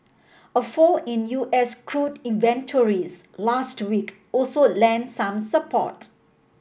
a fall in U S crude inventories last week also lent some support